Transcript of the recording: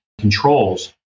controls